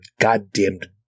goddamned